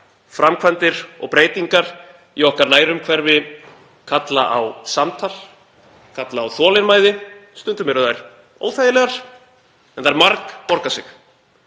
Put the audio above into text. framkvæmdir og breytingar í okkar nærumhverfi kalla á samtal, kalla á þolinmæði. Stundum eru þær óþægilegar en þær margborga sig.